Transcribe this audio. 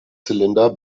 zylinder